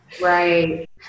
Right